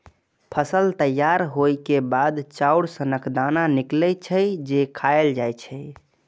फसल तैयार होइ के बाद चाउर सनक दाना निकलै छै, जे खायल जाए छै